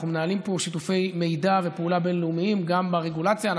אנחנו מנהלים פה שיתופי מידע ופעולה בין-לאומיים גם ברגולציה.